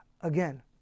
Again